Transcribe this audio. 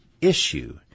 issue